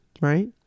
Right